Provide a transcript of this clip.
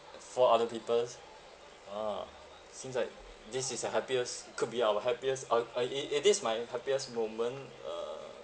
four other people a'ah seems like this is the happiest could be our happiest or uh it it is my happiest moment uh